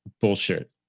bullshit